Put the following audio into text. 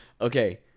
Okay